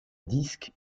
disques